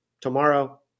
tomorrow